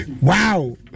Wow